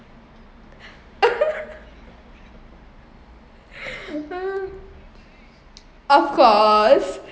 of course